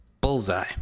bullseye